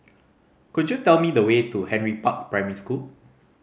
could you tell me the way to Henry Park Primary School